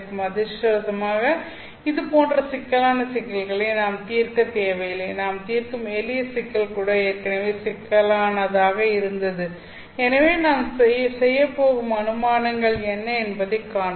அதிர்ஷ்டவசமாக இதுபோன்ற சிக்கலான சிக்கல்களை நாம் தீர்க்கத் தேவையில்லை நாம் தீர்க்கும் எளிய சிக்கல் கூட ஏற்கனவே சிக்கலானதாக இருந்தது எனவே நாம் செய்யப்போகும் அனுமானங்கள் என்ன என்பதை காண்போம்